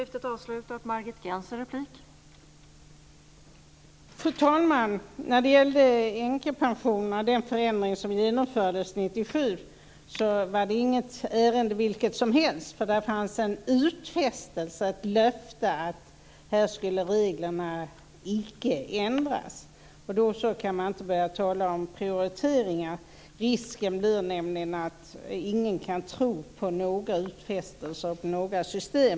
Fru talman! Detta med änkepensionen och den förändring som genomfördes 1997 var inte ett ärende vilket som helst, för där fanns en utfästelse, ett löfte, om att här skulle reglerna icke ändras. Då kan man inte börja tala om prioriteringar. Risken är nämligen då att ingen kan tro på några utfästelser och några system.